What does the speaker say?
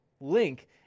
link